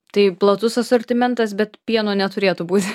tai platus asortimentas bet pieno neturėtų būti